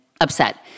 upset